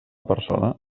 persona